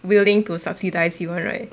willing to subsidise you [one] right